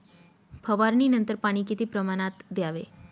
फवारणीनंतर पाणी किती प्रमाणात द्यावे?